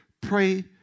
pray